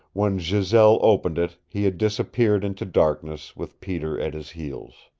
when giselle opened it he had disappeared into darkness, with peter at his heels.